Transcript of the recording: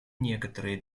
некоторые